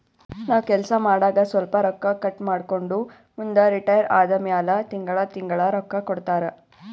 ನಾವ್ ಕೆಲ್ಸಾ ಮಾಡಾಗ ಸ್ವಲ್ಪ ರೊಕ್ಕಾ ಕಟ್ ಮಾಡ್ಕೊಂಡು ಮುಂದ ರಿಟೈರ್ ಆದಮ್ಯಾಲ ತಿಂಗಳಾ ತಿಂಗಳಾ ರೊಕ್ಕಾ ಕೊಡ್ತಾರ